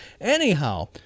Anyhow